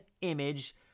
image